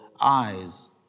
eyes